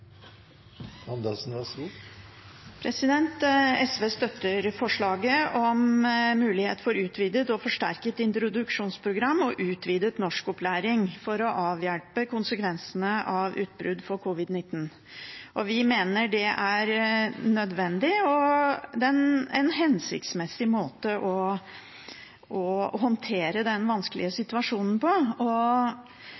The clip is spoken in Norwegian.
SV støtter forslaget om mulighet for utvidet og forsterket introduksjonsprogram og utvidet norskopplæring for å avhjelpe konsekvensene av utbruddet av covid-19. Vi mener det er en nødvendig og en hensiktsmessig måte å håndtere den vanskelige